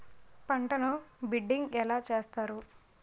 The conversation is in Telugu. పంటను బిడ్డింగ్ ఎలా చేస్తారు?